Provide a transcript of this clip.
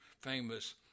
famous